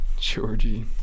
Georgie